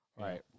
Right